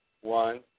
one